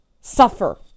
suffer